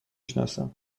شناسم